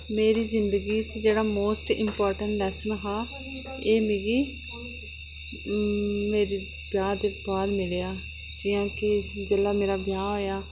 मेरी जिंदगी च जेह्ड़ा मोस्ट इम्पार्टेंट लैसन हा एह् मिगी मेरे ब्याह् दे बाद मिलेआ जि'यां की जेल्लै मेरा ब्याह् होआ